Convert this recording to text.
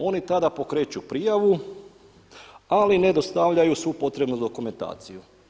Oni tada pokreću prijavu ali ne dostavljaju svu potrebnu dokumentaciju.